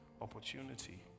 opportunity